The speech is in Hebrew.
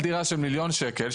על דירה של מיליון שקל,